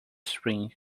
spring